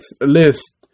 list